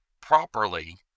properly